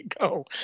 go